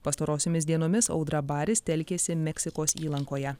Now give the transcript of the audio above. pastarosiomis dienomis audra baris telkėsi meksikos įlankoje